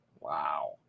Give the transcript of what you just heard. Wow